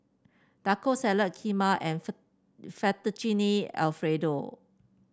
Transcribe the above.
Taco Salad Kheema and Fettuccine Alfredo